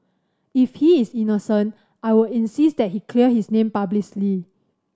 if he is innocent I will insist that he clear his name publicly